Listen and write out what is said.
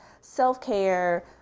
self-care